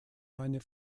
meine